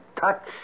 touch